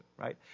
right